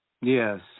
yes